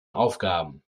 aufgaben